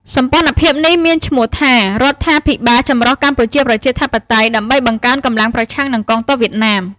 សម្ព័ន្ធភាពនេះមានឈ្មោះថា «រដ្ឋាភិបាលចម្រុះកម្ពុជាប្រជាធិបតេយ្យ» ដើម្បីបង្កើនកម្លាំងប្រឆាំងនឹងកងទ័ពវៀតណាម។